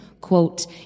quote